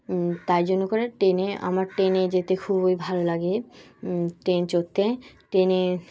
তাই জন্য করে ট্রেনে আমার ট্রেনে যেতে খুবই ভালো লাগে ট্রেন চড়তে ট্রেনে